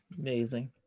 amazing